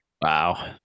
Wow